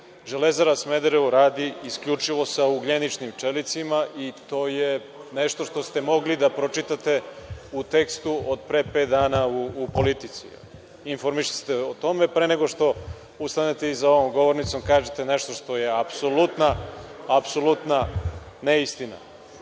Smederevo“ radi isključivo sa ugljeničnim čelicima i to je nešto što ste mogli da pročitate u tekstu od pre pet dana u „Politici“. Informišite se o tome pre nego što ustanete i za ovom govornicom kažete nešto što je apsolutna